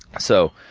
so,